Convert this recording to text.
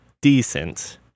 Decent